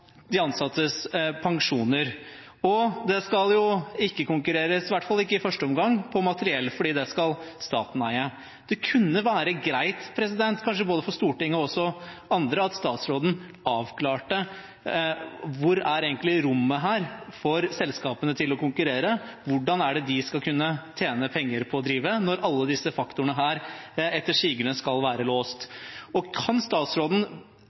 de ansattes pensjoner, og det skal ikke konkurreres – i hvert fall ikke i første omgang – på materiell, fordi det skal staten eie. Det kunne være greit, kanskje for både Stortinget og andre, at statsråden avklarte hvor det egentlig er rom for selskapene til å konkurrere. Hvordan er det de skal kunne tjene penger på å drive, når alle disse faktorene etter sigende skal være låst? Kan statsråden